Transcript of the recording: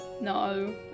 no